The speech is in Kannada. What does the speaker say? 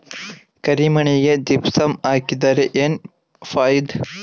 ಕರಿ ಮಣ್ಣಿಗೆ ಜಿಪ್ಸಮ್ ಹಾಕಿದರೆ ಏನ್ ಫಾಯಿದಾ?